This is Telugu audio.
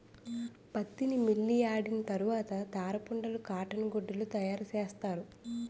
పత్తిని మిల్లియాడిన తరవాత దారపుండలు కాటన్ గుడ్డలు తయారసేస్తారు